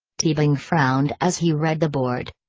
teabing frowned as he read the board.